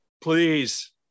Please